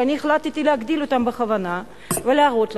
ואני החלטתי להגדיל אותן בכוונה ולהראות לכם,